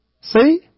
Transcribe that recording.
See